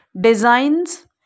designs